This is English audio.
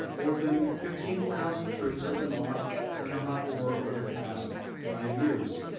more than fifty thousand troops have been lost in the hot war over the past five years.